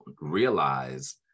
realize